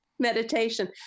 meditation